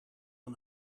een